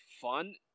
fun